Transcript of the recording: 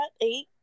eight